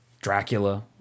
Dracula